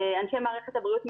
אנשי מערכת הבריאות,